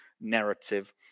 narrative